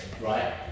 right